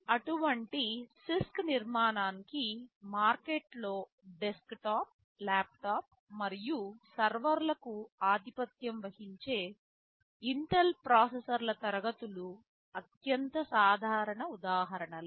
అటువంటి CISC నిర్మాణానికి మార్కెట్లలో డెస్క్టాప్ ల్యాప్టాప్ మరియు సర్వర్ లకు ఆధిపత్యం వహించే ఇంటెల్ ప్రాసెసర్ల తరగతులు అత్యంత సాధారణ ఉదాహరణలు